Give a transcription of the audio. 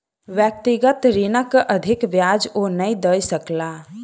व्यक्तिगत ऋणक अधिक ब्याज ओ नै दय सकला